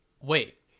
wait